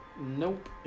Nope